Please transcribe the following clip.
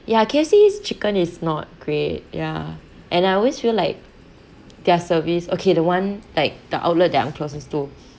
ya K_F_C's chicken is not great ya and I always feel like their service okay the one like the outlet that I'm closest to